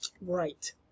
right